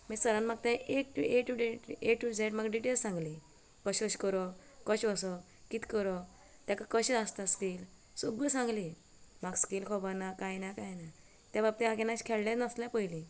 मागीर सरान म्हाका A to A to A to Z म्हाका डिटेल सांगलें कशें अशें करप कशें वचप कितें करप तेका कशें आसता स्केल सगळ्यो सांगली म्हाका स्केल खबरना कांय ना कांय ना ते हांव केन्ना अशें खेळ्ळें नासलें पयलीं